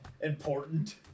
important